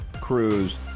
Cruz